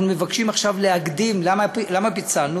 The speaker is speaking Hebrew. אנחנו מבקשים עכשיו להקדים, למה פיצלנו?